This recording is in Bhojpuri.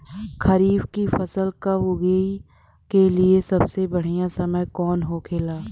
खरीफ की फसल कब उगाई के लिए सबसे बढ़ियां समय कौन हो खेला?